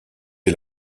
est